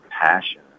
passion